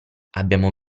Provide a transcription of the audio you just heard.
abbiamo